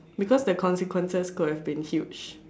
because the consequences could have been huge